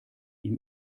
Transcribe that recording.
ihm